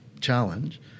challenge